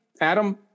Adam